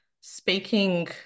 speaking